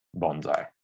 bonsai